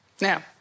Now